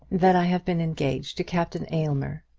that i have been engaged to captain aylmer.